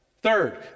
Third